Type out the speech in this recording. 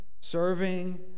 serving